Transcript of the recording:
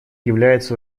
является